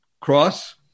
cross